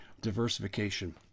diversification